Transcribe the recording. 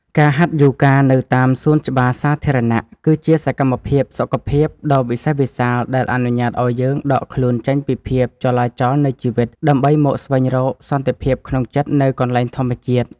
ការហាត់យូហ្គានៅតាមសួនច្បារសាធារណៈ គឺជាសកម្មភាពសុខភាពដ៏វិសេសវិសាលដែលអនុញ្ញាតឱ្យយើងដកខ្លួនចេញពីភាពចលាចលនៃជីវិត ដើម្បីមកស្វែងរកសន្តិភាពក្នុងចិត្តនៅកន្លែងធម្មជាតិ។